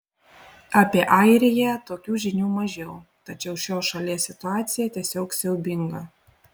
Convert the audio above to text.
apie airiją tokių žinių mažiau tačiau šios šalies situacija tiesiog siaubinga